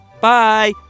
Bye